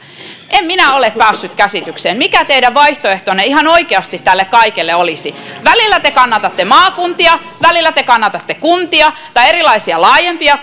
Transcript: en minä ole päässyt käsitykseen mikä teidän vaihtoehtonne ihan oikeasti tälle kaikelle olisi välillä te kannatatte maakuntia välillä te kannatatte kuntia tai erilaisia laajempia